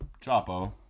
Chapo